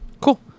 Cool